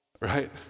Right